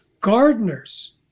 gardeners